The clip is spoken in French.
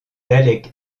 daleks